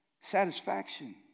satisfaction